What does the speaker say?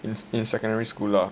in in secondary school lah